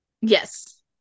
yes